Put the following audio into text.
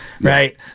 right